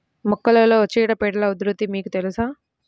మొక్కలలో చీడపీడల ఉధృతి మీకు తెలుసా?